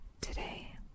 Today